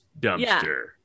dumpster